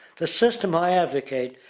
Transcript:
the system i advocate,